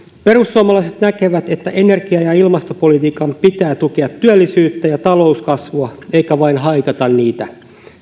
perussuomalaiset näkevät että energia ja ilmastopolitiikan pitää tukea työllisyyttä ja talouskasvua eikä vain haitata niitä